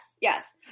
Yes